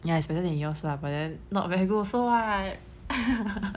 ya it's better than yours lah but then not very good also what